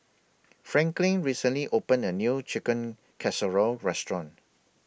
Franklin recently opened A New Chicken Casserole Restaurant